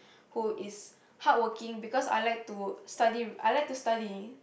who is hardworking because I like to study I like to study